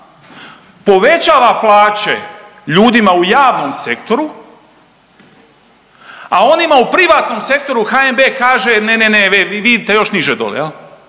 povećava plaće ljudima u javnom sektoru, a onima u privatnom sektoru HNB kaže, ne, ne, ne, vi idite još niže dolje,